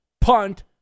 punt